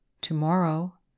Tomorrow